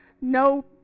No